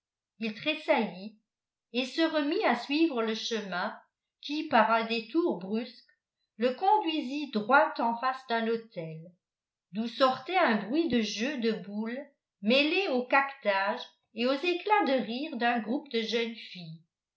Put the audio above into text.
il tressaillit et se remit à suivre le chemin qui par un détour brusque le conduisit droit en face d'un hôtel d'où sortait un bruit de jeu de boules mêlé au caquetage et aux éclats de rire d'un groupe de jeunes filles